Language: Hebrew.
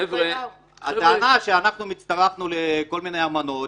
הטענה שאנחנו הצטרפנו לכל מיני אמנות,